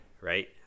right